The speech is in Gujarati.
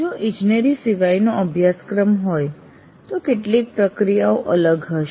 જો ઇજનેરી સિવાયનો અભ્યાસક્રમ હોય તો કેટલીક પ્રક્રિયાઓ અલગ હશે